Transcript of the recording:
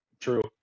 True